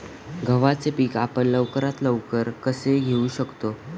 गव्हाचे पीक आपण लवकरात लवकर कसे घेऊ शकतो?